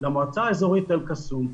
למועצה האזורית אל קסום,